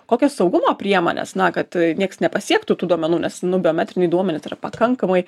kokios saugumo priemonės na kad nieks nepasiektų tų duomenų nes nu biometriniai duomenys yra pakankamai